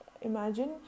imagine